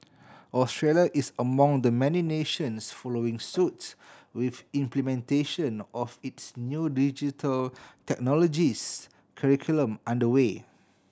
Australia is among the many nations following suit with implementation of its new Digital Technologies curriculum under way